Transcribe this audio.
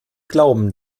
glauben